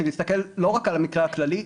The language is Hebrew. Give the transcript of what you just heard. של להסתכל לא רק על המקרה הכללי,